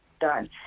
done